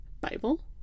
Bible